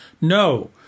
no